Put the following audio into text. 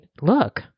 look